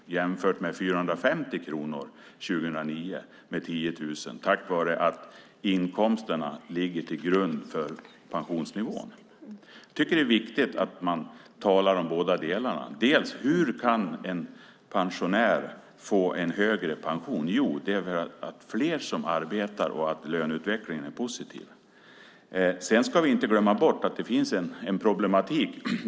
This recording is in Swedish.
Jämför det med 450 kronor 2009 på 10 000 tack vare att inkomsterna ligger till grund för pensionsnivån. Det är viktigt att man talar om båda delarna. Hur kan en pensionär få en högre pension? Jo, genom att det är fler som arbetar och att löneutvecklingen är positiv. Vi ska inte glömma bort att det finns en problematik.